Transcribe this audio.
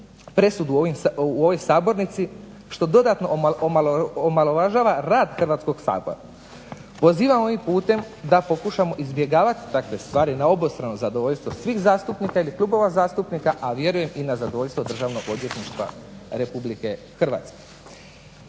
presudu u ovoj sabornici što dodatno omalovažava rad Hrvatskog sabora. Pozivam ovim putem da pokušamo izbjegavati takve stvari na obostrano zadovoljstvo svih zastupnika ili klubova zastupnika, a vjerujem i na zadovoljstvo Državno odvjetništva RH.